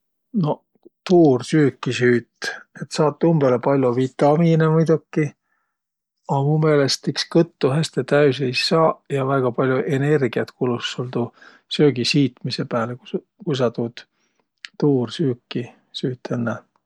Noq, tuursüüki süüt, et saat umbõlõ pall'o vitamiinõ muidoki, a mu meelest iks kõttu häste täüs ei saaq ja väega pall'o energiät kulus sul tuu söögi siitmise pääle, ku sul, ku sa tuud tuursüüki süüt õnnõ.